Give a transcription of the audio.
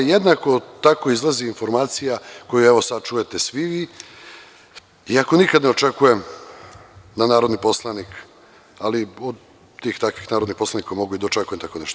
Jednako tako izlazi informacija koju evo sada čujete svi, iako nikada ne očekujem da narodni poslanik …, ali od takvih narodnih poslanika mogu da očekujem tako nešto.